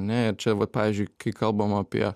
ane ir čia va pavyzdžiui kai kalbama apie